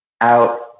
out